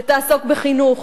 שתעסוק בחינוך,